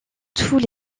tous